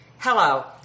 Hello